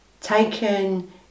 taken